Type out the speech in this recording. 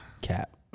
Cap